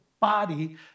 body